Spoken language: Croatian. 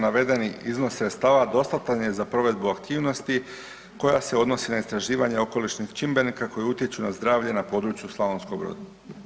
Navedeni iznos sredstava dostatan je za provedbu aktivnosti koja se odnosi na istraživanje okolišnih čimbenika koji utječu na zdravlje na području Slavonskog Broda.